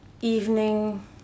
evening